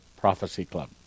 prophecyclub